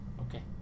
Okay